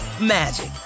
magic